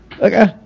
Okay